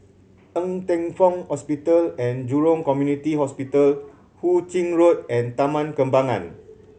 Ng Teng Fong Hospital And Jurong Community Hospital Hu Ching Road and Taman Kembangan